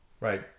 Right